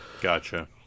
Gotcha